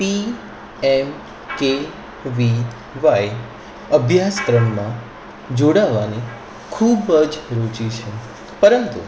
પી M K V Y અભ્યાસક્રમમાં જોડાવવાની ખૂબ જ રુચિ છે પરંતુ